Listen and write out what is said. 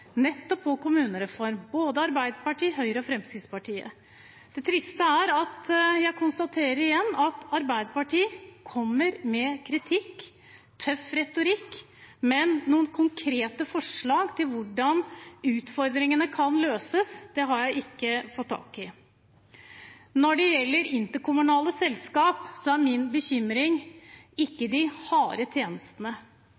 nettopp på kommunereform, både Arbeiderpartiet, Høyre og Fremskrittspartiet. Det triste er at jeg konstaterer igjen at Arbeiderpartiet kommer med kritikk og tøff retorikk, men noen konkrete forslag til hvordan utfordringene kan løses, har jeg ikke fått tak i. Når det gjelder interkommunale selskap, er ikke min bekymring